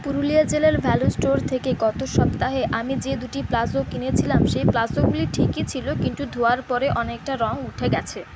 পুরুলিয়া জেলার value store থেকে গতসপ্তাহে আমি যে দুটি প্লাজো কিনেছিলাম সেই প্লাজোগুলি ঠিকই ছিলো কিন্তু ধোয়ার পরে অনেকটা রং উঠে গেছে